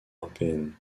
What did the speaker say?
européenne